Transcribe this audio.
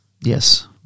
Yes